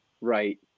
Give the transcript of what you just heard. Right